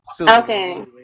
Okay